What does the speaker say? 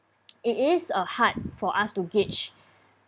it is uh hard for us to gauge